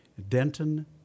Denton